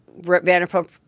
Vanderpump